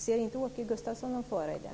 Ser inte Åke Gustavsson någon fara i det?